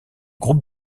groupe